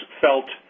felt